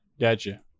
Gotcha